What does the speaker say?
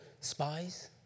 spies